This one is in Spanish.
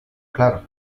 claro